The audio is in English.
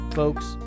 folks